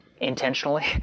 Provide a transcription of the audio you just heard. intentionally